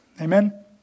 Amen